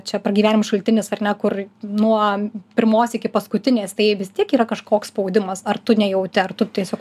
čia pragyvenimo šaltinis ar ne kur nuo pirmos iki paskutinės tai vis tiek yra kažkoks spaudimas ar tu nejauti ar tu tiesiog